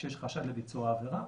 כשיש חשד לביצוע עבירה,